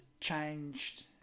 changed